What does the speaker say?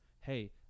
hey